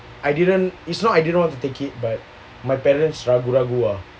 I didn't it's not I didn't want to take it but my parents ragu-ragu ah